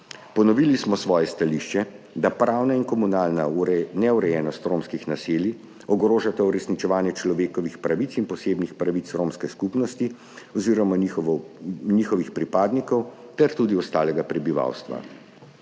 Ponovili smo svoje stališče, da pravna in komunalna neurejenost romskih naselij ogrožata uresničevanje človekovih pravic in posebnih pravic romske skupnosti oziroma njihovih pripadnikov ter tudi ostalega prebivalstva.